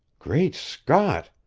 great scott!